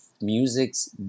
music's